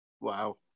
Wow